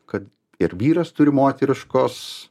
kad ir vyras turi moteriškos